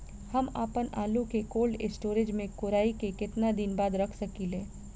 हम आपनआलू के कोल्ड स्टोरेज में कोराई के केतना दिन बाद रख साकिले?